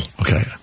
Okay